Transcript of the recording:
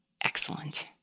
excellent